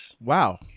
Wow